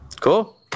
Cool